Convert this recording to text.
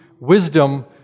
wisdom